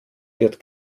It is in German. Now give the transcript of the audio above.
wird